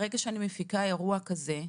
ברגע שאני מפיקה אירוע כזה,